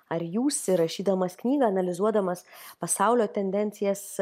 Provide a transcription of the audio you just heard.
ar jūs rašydamas knygą analizuodamas pasaulio tendencijas